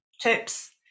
tips